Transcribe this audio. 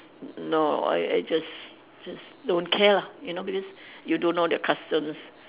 n~ no I I just just don't care lah you know because you don't know their customs